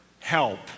help